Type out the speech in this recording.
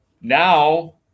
now